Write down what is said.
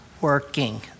working